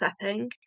setting